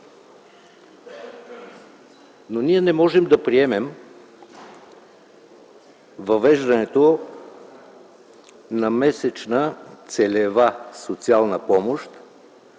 Но ние не можем да приемем въвеждането на месечна целева социална помощ